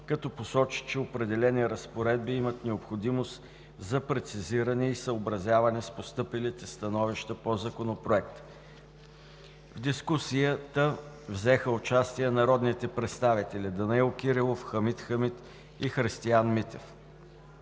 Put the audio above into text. като посочи, че определени разпоредби имат необходимост за прецизиране и съобразяване с постъпилите становища по Законопроекта. В дискусията взеха участие народните представители Данаил Кирилов, Хамид Хамид и Христиан Митев.